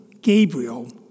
Gabriel